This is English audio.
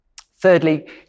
Thirdly